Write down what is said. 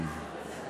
אוהד טל,